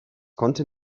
konnte